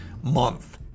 Month